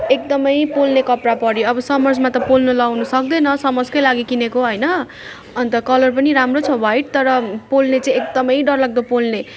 एकदम पोल्ने कपडा पऱ्यो अब समर्समा त पोल्नु लगाउनु सक्दैन समर्सको लागि नै किनेको होइन अन्त कलर पनि राम्रो छ वाइट तर पोल्ने चाहिँ एकदम डर लाग्दो पोल्ने